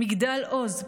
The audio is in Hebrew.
מגדל עוז,